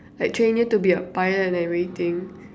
like train you to be a pilot and everything